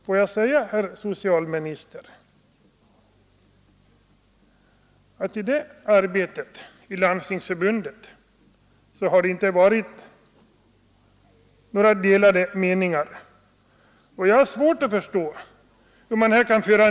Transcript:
Får jag säga, herr socialminister, att i detta arbete inom Landstingsförbundet har det inte varit några delade meningar.